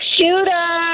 Shooter